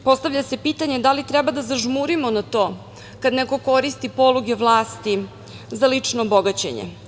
Postavlja se pitanje da li treba da zažmurimo na to kad neko koristi poluge vlasti za lično bogaćenje?